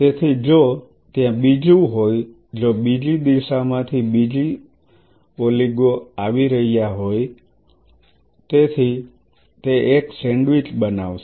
તેથી જો ત્યાં બીજું હોય જો બીજી દિશામાંથી બીજા ઓલિગો આવી રહ્યા હોય તો તે એક સેન્ડવીચ બનાવશે